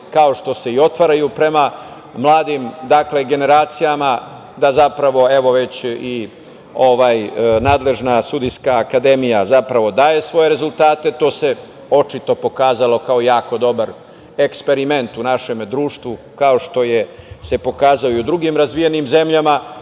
kao što se i otvaraju prema mladim generacijama, da zapravo evo već ova nadležna sudijska akademija daje svoje rezultate, to se očito pokazalo, kao jako dobar eksperiment u našem društvu, kao što se pokazao i u drugim razvijenim zemljama,